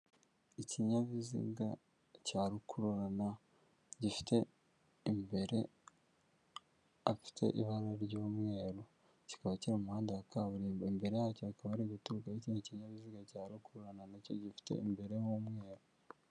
Ikinyabiziga cya rukururana gifite imbere hafite ibara ry'umweru kikaba kiri mu muhanda wa kaburimbo, imbere yacyo hakaba hari guturukayo ikindi kinyabiziga cya rukururana na cyo gifite imbere h'umweru.